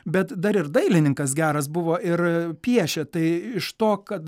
bet dar ir dailininkas geras buvo ir piešia tai iš to kad